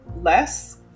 less